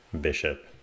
bishop